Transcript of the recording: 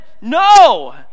no